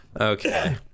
okay